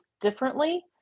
differently